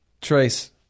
Trace